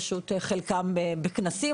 פשוט חלקם בכנסים,